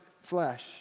flesh